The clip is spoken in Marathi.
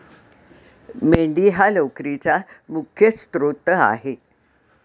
मेंढी हा लोकरीचा मुख्य स्त्रोत आहे